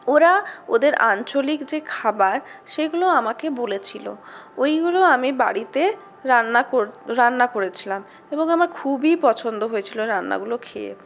ওরা ওদের আঞ্চলিক যে খাবার সেগুলো আমাকে বলেছিল ওইগুলো আমি বাড়িতে রান্না রান্না করেছিলাম এবং আমার খুবই পছন্দ হয়েছিল রান্নাগুলো খেয়ে